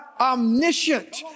omniscient